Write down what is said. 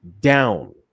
down